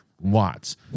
Watts